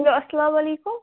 hello اسلام علیکُم